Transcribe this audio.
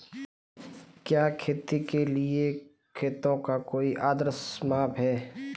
क्या खेती के लिए खेतों का कोई आदर्श माप है?